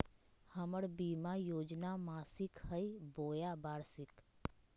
हमर बीमा योजना मासिक हई बोया वार्षिक?